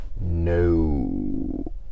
No